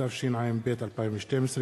התשע"ב 2012,